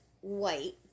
white